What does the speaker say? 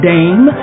Dame